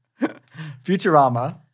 Futurama